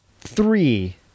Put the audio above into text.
three